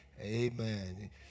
amen